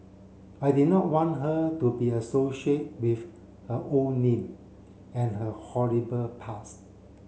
I did not want her to be associate with her old name and her horrible past